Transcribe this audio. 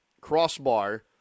crossbar